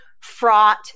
fraught